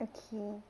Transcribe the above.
okay